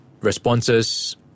responses